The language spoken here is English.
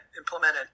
implemented